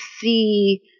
see